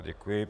Děkuji.